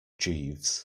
jeeves